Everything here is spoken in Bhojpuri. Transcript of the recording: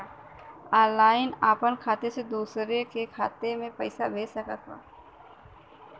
ऑनलाइन आपन खाते से दूसर के खाते मे पइसा भेज सकेला